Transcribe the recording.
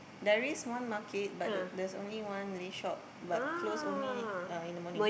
there is one market but the there's only one Malay shop but close only uh in the morning